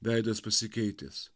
veidas pasikeitęs